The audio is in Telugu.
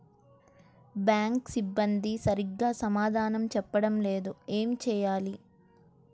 బ్యాంక్ సిబ్బంది సరిగ్గా సమాధానం చెప్పటం లేదు ఏం చెయ్యాలి?